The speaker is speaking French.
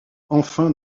enfin